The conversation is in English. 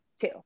two